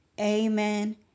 Amen